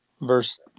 verse